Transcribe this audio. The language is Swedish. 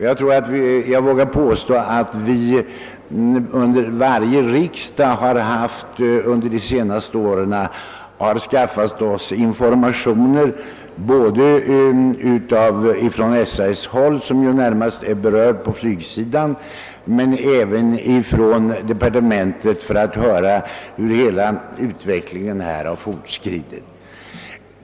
Jag tror att jag vågar påstå att vi under varje riksdag de scnaste åren har skaffat oss informationer både från SAS — som ju är den instans som är närmast berörd på flygsidan — och från departementet för att få veta hur utvecklingen på detta område fortskridit.